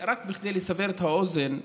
רק בכדי לסבר את האוזן ולהבין: